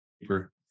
paper